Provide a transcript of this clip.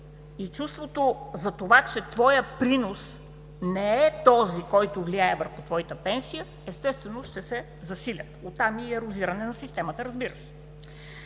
и чувството за това, че твоят принос не е този, който влияе върху твоята пенсия, естествено, ще се засилят, от там и ерозиране на системата, разбира се.